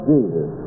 Jesus